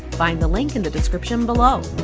find the link in the description below.